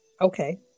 Okay